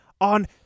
on